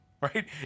right